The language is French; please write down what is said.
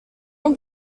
ans